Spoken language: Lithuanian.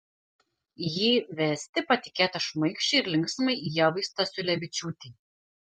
jį vesti patikėta šmaikščiai ir linksmai ievai stasiulevičiūtei